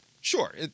Sure